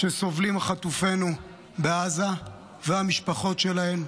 שסובלים חטופינו בעזה והמשפחות שלהם,